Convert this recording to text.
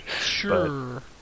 Sure